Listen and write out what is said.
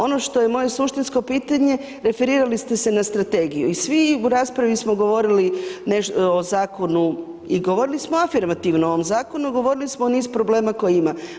Ono što je moje suštinsko pitanje, referirali ste se na strategiju i svi u raspravi smo govorili o zakonu i govorili smo afirmativno o ovom zakonu, govorili smo o niz problema koji ima.